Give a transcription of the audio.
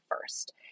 first